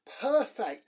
perfect